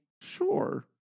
Sure